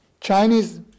Chinese